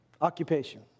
occupation